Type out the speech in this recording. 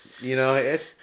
United